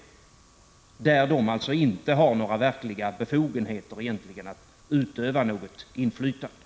Det gäller speciellt som de inte har några verkliga befogenheter att egentligen utöva något inflytande.